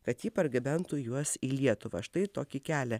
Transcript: kad ji pargabentų juos į lietuvą štai tokį kelią